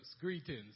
Greetings